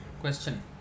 Question